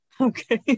Okay